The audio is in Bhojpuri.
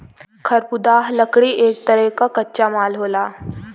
खरबुदाह लकड़ी एक तरे क कच्चा माल होला